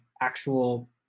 actual